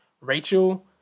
Rachel